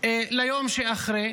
ליום שאחרי,